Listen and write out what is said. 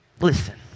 Listen